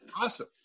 Awesome